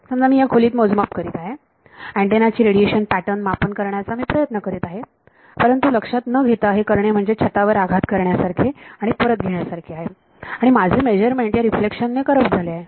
समजा मी या खोलीत मोजमाप करीत आहे अँटेनाची रेडिएशन पॅटर्न मापन करण्याचा मी प्रयत्न करीत आहे परंतु लक्षात न घेता हे करणे म्हणजे छतावर आघात करण्यासारखे आणि परत घेण्यासारखे आहे आणि माझे मेजरमेंट या रिफ्लेक्शन ने करप्ट झाले आहे